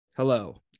Hello